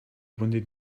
wounded